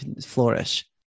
flourish